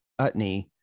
Utney